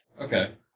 Okay